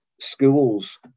Schools